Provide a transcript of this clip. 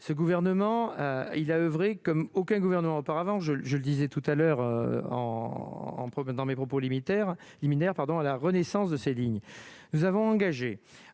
ce gouvernement il a oeuvré comme aucun gouvernement auparavant, je le disais tout à l'heure en en dans mes propos limiteur liminaire, pardon à la renaissance de ces lignes, nous avons engagé